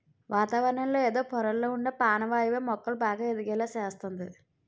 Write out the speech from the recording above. వాతావరణంలో ఎదో పొరల్లొ ఉండే పానవాయువే మొక్కలు బాగా ఎదిగేలా సేస్తంది